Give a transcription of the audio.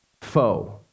foe